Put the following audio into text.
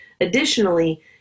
Additionally